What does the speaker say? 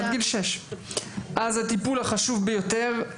עד גיל 6. אז הטיפול החשוב ביותר,